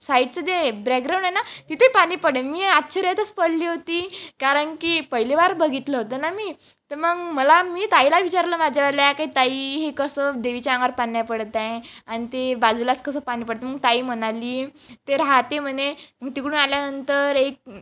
साईडचं जे ब्रॅकग्राऊंड आहे ना तिथे पाणी पडेल मी आश्चर्यातच पडली होती कारण की पहिलेवार बघितलं होतं ना मी तर मग मला मी ताईला विचारलं माझ्यावाल्या काय ताई हे कसं देवीच्या अंगावर पाणी नाही पडते आहे आणि ते बाजूलाच कसं पाणी पडतं मग ताई म्हणाली ते राहते म्हणे मी तिकडून आल्यानंतर एक